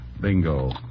Bingo